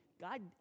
God